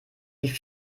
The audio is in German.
die